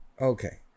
Okay